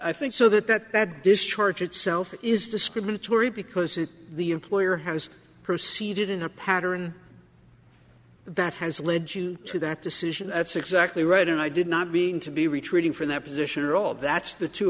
i think so that that that discharge itself is discriminatory because it the employer has proceeded in a pattern that has led you to that decision that's exactly right and i did not being to be retreating from that position at all that's the two